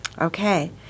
Okay